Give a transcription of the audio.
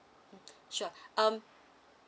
sure um